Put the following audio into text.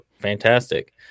fantastic